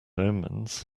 omens